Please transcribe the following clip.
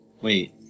Wait